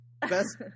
best